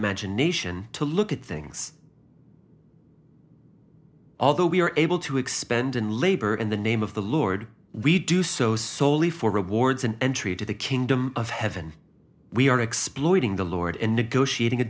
imagination to look at things although we are able to expend in labor in the name of the lord we do so solely for rewards and entry to the kingdom of heaven we are exploiting the lord in negotiating a